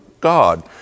God